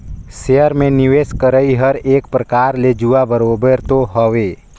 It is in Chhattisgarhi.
सेयर में निवेस कर करई हर एक परकार ले जुआ बरोबेर तो हवे